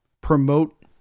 promote